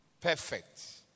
perfect